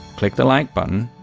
click the like button,